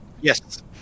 Yes